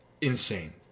insane